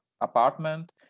apartment